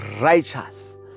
righteous